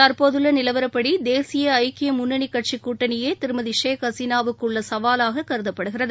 தற்போதுள்ள நிலவரப்படி தேசிய ஐக்கிய முன்னணி கட்சிக் கூட்டணியே திருமதி ஷேக் ஹசீனாவுக்கு உள்ள சவாவாக கருதப்படுகிறது